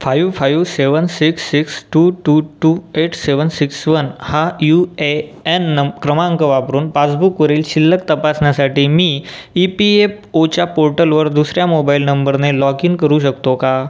five five seven six six two two two eight seven six one हा U A N नं क्रमांक वापरून पासबुकवरील शिल्लक तपासणासाठी मी ई पी एफ ओच्या पोर्टलवर दुसर्या मोबाईल नंबरने लॉग इन करू शकतो का